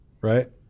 right